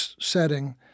setting